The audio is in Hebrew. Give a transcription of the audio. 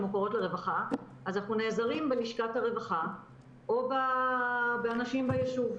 מוכרות לרווחה אנחנו נעזרים בלשכת הרווחה או באנשים ביישוב.